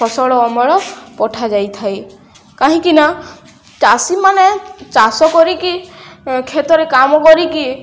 ଫସଲ ଅମଳ ପଠାଯାଇଥାଏ କାହିଁକିନା ଚାଷୀମାନେ ଚାଷ କରିକି କ୍ଷେତରେ କାମ କରିକି